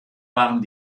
waren